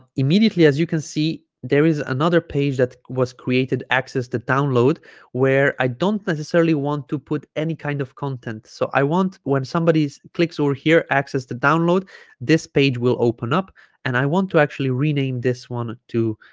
immediately as you can see there is another page that was created access the download where i don't necessarily want to put any kind of content so i want when somebody clicks over here access to download this page will open up and i want to actually rename this one to